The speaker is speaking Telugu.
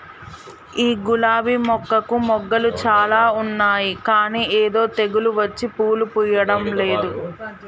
ఈ గులాబీ మొక్కకు మొగ్గలు చాల ఉన్నాయి కానీ ఏదో తెగులు వచ్చి పూలు పూయడంలేదు